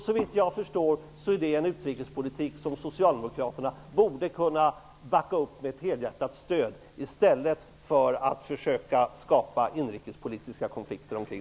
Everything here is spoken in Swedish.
Såvitt jag förstår är det en utrikespolitik som Socialdemokraterna borde kunna backa upp och ge helhjärtat stöd i stället för att försöka skapa inrikespolitiska konflikter omkring.